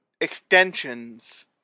extensions